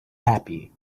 happy